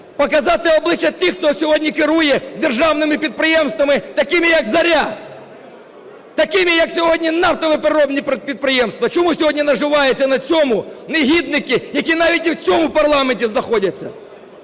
Показати обличчя тих, хто сьогодні керує державними підприємствами, такими, як "Зоря", такими, як сьогодні нафтопереробні підприємства. Чому сьогодні наживаються на цьому негідники, які навіть і в цьому парламенті знаходяться?